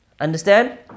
Understand